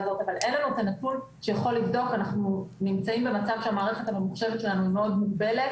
אנחנו נמצאים במצב שהמערכת הממוחשבת שלנו מאוד מוגבלת,